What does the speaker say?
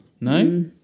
No